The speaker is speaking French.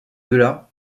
delà